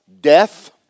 Death